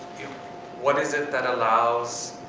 what is it that allows,